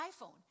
iPhone